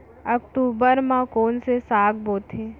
अक्टूबर मा कोन से साग बोथे?